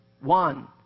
one